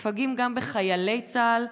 מפגעים גם בחיילי צה"ל,